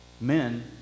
men